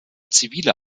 zivile